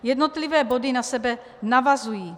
Jednotlivé body na sebe navazují.